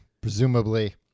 presumably